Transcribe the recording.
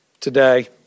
today